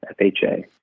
FHA